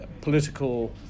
political